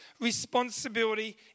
responsibility